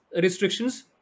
restrictions